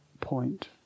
point